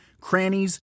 crannies